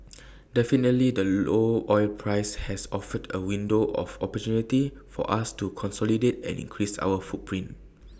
definitely the low oil price has offered A window of opportunity for us to consolidate and increase our footprint